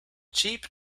cheap